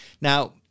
Now